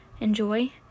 enjoy